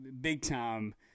big-time